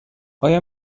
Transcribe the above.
آیا